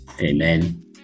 Amen